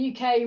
UK